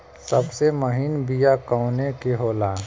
सबसे महीन बिया कवने के होला?